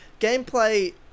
gameplay